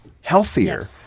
healthier